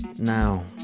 Now